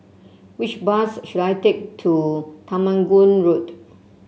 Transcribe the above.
which bus should I take to Temenggong Road